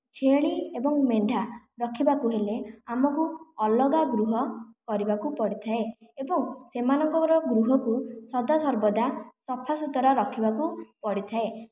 ଛେଳି ଏବଂ ମେଣ୍ଢା ରଖିବାକୁ ହେଲେ ଆମକୁ ଅଲଗା ଗୃହ କରିବାକୁ ପଡିଥାଏ ଏବଂ ସେମାନଙ୍କର ଗୃହକୁ ସଦା ସର୍ବଦା ସଫା ସୁତରା ରଖିବାକୁ ପଡିଥାଏ